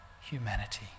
humanity